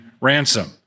Ransom